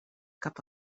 cap